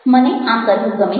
મને આમ કરવું ગમે છે